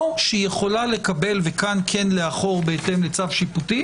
או שהיא יכולה לקבל וכאן כן לאחור בהתאם לצו שיפוטי